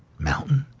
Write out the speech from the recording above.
mountain?